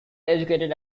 educated